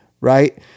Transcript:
right